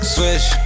Switch